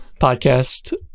podcast